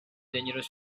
dangerous